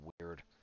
weird